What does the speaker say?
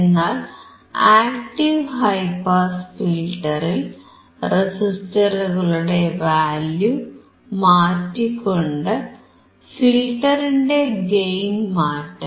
എന്നാൽ active high pass ഫിൽറ്ററിൽ റെസിസ്റ്ററുകളുടെ വാല്യൂ മാറ്റിക്കൊണ്ട് ഫിൽറ്ററിന്റെ ഗെയിൻ മാറ്റാം